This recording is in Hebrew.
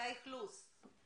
מתי האכלוס?